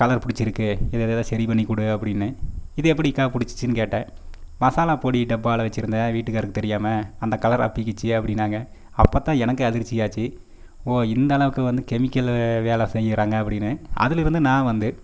colour பிடிச்சிருக்கு இதை இதை சரிபண்ணி கொடு அப்படின்னு இது எப்புடி அக்கா பிடிச்சுச்சுன்னு கேட்டேன் மசாலா பொடி டப்பாவில் வச்சிருந்தேன் வீட்டுக்காரருக்கு தெரியாமல் அந்த கலர் அப்பிடிச்சு அப்படினாங்க அப்போ தான் எனக்கு அதிர்ச்சி ஆச்சு ஓ இந்த அளவுக்கு வந்து கெமிக்கல் வேலை செய்கிறாங்க அப்படினு அதுலேருந்து நான் வந்து